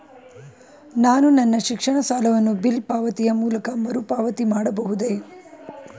ನಾನು ನನ್ನ ಶಿಕ್ಷಣ ಸಾಲವನ್ನು ಬಿಲ್ ಪಾವತಿಯ ಮೂಲಕ ಮರುಪಾವತಿ ಮಾಡಬಹುದೇ?